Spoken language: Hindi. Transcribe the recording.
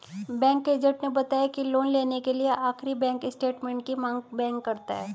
बैंक एजेंट ने बताया की लोन लेने के लिए आखिरी बैंक स्टेटमेंट की मांग बैंक करता है